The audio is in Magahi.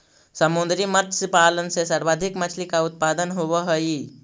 समुद्री मत्स्य पालन से सर्वाधिक मछली का उत्पादन होवअ हई